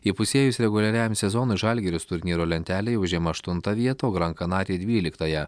įpusėjus reguliariajam sezonui žalgiris turnyro lentelėj užima aštuntą vietą o gran canaria dvyliktąją